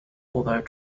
although